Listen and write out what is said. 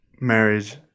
marriage